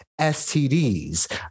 STDs